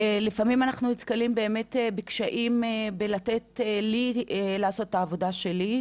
לפעמים אנחנו נתקלים באמת בקשיים לתת לי לעשות את העבודה שלי,